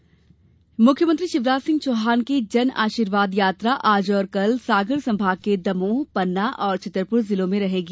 जनआशीर्वाद यात्रा मुख्यमंत्री शिवराज सिंह चौहान की जनआशीर्वाद यात्रा आज और कल सागर संभाग के दमोह पन्ना और छतरपुर जिलों में रहेगी